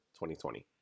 2020